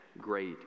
great